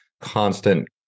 constant